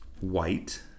white